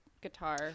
guitar